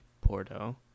Porto